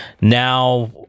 now